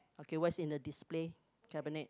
okay what's in the display cabinet